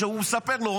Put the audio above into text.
הוא מספר לו,